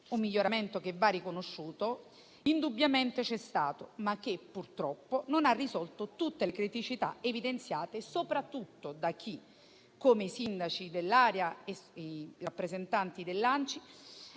Un miglioramento che va riconosciuto, che indubbiamente c'è stato, ma che purtroppo non ha risolto tutte le criticità evidenziate soprattutto da chi, come i sindaci dell'area e i rappresentanti dell'ANCI,